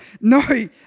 No